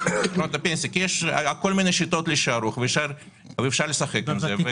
כי יש כל מיני שיטות לשערוך ואפשר לשחק עם זה.